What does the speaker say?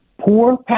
Poor